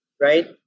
Right